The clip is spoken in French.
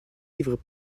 livres